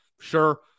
sure